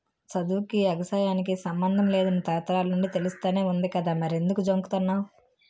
సదువుకీ, ఎగసాయానికి సమ్మందం లేదని తరతరాల నుండీ తెలుస్తానే వుంది కదా మరెంకుదు జంకుతన్నావ్